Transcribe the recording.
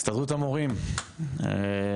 הסתדרות המורים,